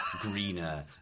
greener